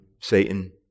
Satan